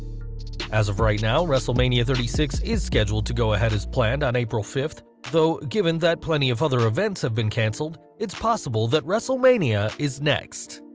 as of right now, wrestlemania thirty six is scheduled to go ahead as planned on april fifth, though given that that plenty of other events have been cancelled, it's possible that wrestlemania is next.